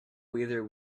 whether